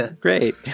great